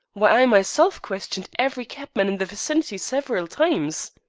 why, i myself questioned every cabman in the vicinity several times.